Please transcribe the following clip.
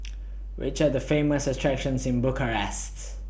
Which Are The Famous attractions in Bucharest